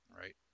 right